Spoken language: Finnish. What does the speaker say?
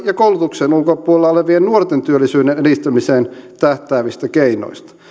ja koulutuksen ulkopuolella olevien nuorten työllisyyden edistämiseen tähtäävistä keinoista